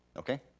okay?